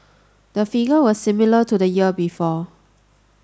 the figure was similar to the year before